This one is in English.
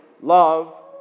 love